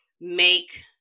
make